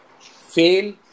fail